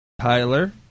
Tyler